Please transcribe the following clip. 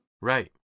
Right